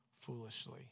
foolishly